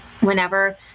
Whenever